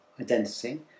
identity